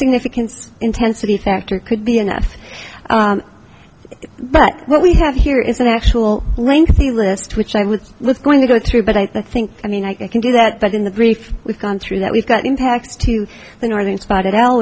significant intensity factor could be enough but what we have here is an actual lengthy list which i was going to go through but i think i mean i can do that but in the brief we've gone through that we've got impacts to the northern spotted owl